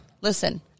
Listen